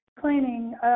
cleaning